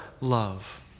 love